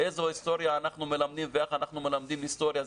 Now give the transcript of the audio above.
איזו היסטוריה אנחנו מלמדים ואיך אנחנו מלמדים היסטוריה.